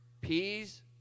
peas